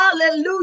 Hallelujah